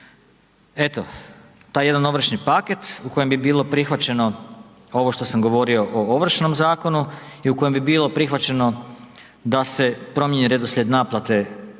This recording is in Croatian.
Eto, taj jedan ovršni paket u kojem bi bilo prihvaćeno ovo što sam govorio o Ovršnom zakonu i u kojem bi bilo prihvaćeno da se promijeni redoslijed naplate